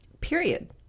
Period